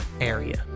area